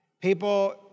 People